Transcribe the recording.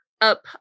up